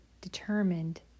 determined